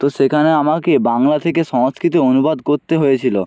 তো সেখানে আমাকে বাংলা থেকে সংস্কৃতে অনুবাদ করতে হয়েছিলো